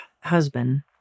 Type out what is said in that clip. husband